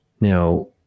now